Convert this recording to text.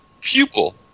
pupil